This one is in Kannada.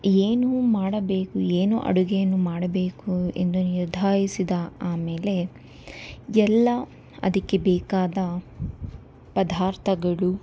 ಏನು ಮಾಡಬೇಕು ಏನು ಅಡುಗೆಯನ್ನು ಮಾಡಬೇಕು ಎಂದು ನಿರ್ಧರಿಸಿದ ಆಮೇಲೆ ಎಲ್ಲ ಅದಕ್ಕೆ ಬೇಕಾದ ಪದಾರ್ಥಗಳು